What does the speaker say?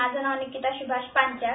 माझं नाव निकीता सुभाष पांचाळ